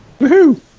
woohoo